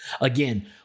Again